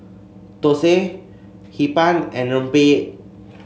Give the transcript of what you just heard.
thosai Hee Pan and rempeyek